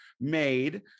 made